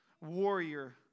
warrior